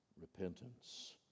Repentance